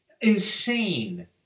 Insane